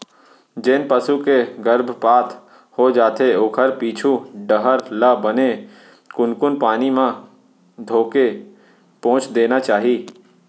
जेन पसू के गरभपात हो जाथे ओखर पीछू डहर ल बने कुनकुन पानी म धोके पोंछ देना चाही